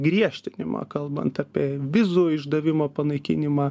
griežtinimą kalbant apie vizų išdavimo panaikinimą